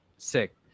Sick